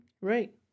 right